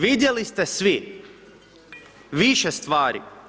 Vidjeli ste svi više stvari.